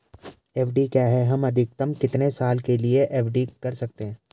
FD क्या है हम अधिकतम कितने साल के लिए एफ.डी कर सकते हैं?